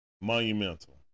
monumental